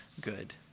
good